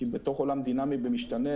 כי בתוך עולם דינמי ומשתנה,